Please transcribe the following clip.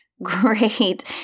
great